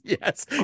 yes